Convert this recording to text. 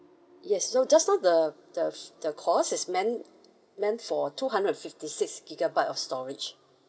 yes so just now the the the cost is meant meant for two hundred and fifty six gigabyte of storage